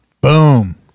Boom